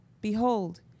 behold